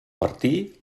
martí